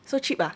so cheap ah